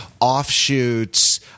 offshoots